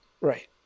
Right